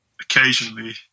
occasionally